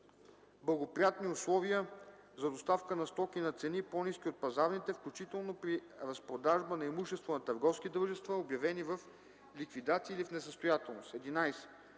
благоприятни условия за доставка на стоки на цени, по-ниски от пазарните, включително при разпродажба на имуществото на търговски дружества, обявени в ликвидация или в несъстоятелност;